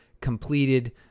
completed